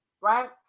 right